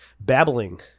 babbling